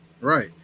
right